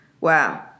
Wow